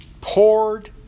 poured